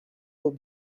will